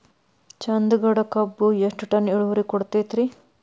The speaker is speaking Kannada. ಚಂದಗಡ ಕಬ್ಬು ಎಷ್ಟ ಟನ್ ಇಳುವರಿ ಕೊಡತೇತ್ರಿ?